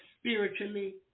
spiritually